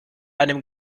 einem